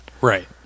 right